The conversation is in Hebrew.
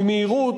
במהירות,